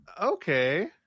Okay